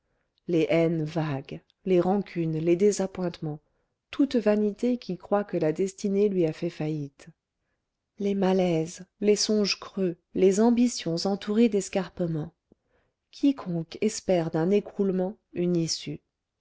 les haines vagues les rancunes les désappointements toute vanité qui croit que la destinée lui a fait faillite les malaises les songes creux les ambitions entourées d'escarpements quiconque espère d'un écroulement une issue